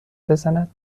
بزند